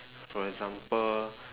for example